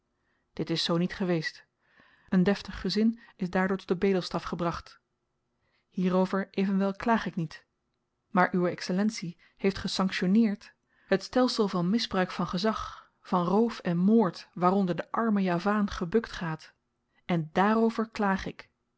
dit is zoo niet geweest een deftig gezin is daardoor tot den bedelstaf gebracht hierover evenwel klaag ik niet maar uwe excellentie heeft gesanktioneerd het stelsel van misbruik van gezag van roof en moord waaronder de arme javaan gebukt gaat en dààrover klaag ik